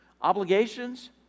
obligations